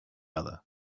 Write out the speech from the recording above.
other